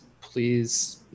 please